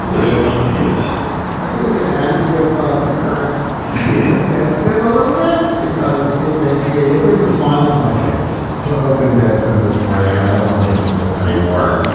and i would love to see that i think we could end with ah the current state of deadspin a little bit because it makes me it brings a smile to my face to open deadspin this morning and i don't want to give them clicks anymore.